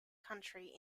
county